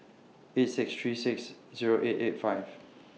eight six three six Zero eight eight five